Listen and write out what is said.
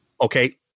Okay